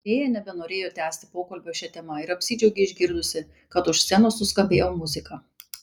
lėja nebenorėjo tęsti pokalbio šia tema ir apsidžiaugė išgirdusi kad už scenos suskambėjo muzika